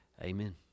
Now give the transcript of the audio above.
Amen